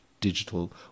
digital